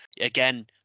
again